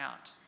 out